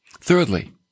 Thirdly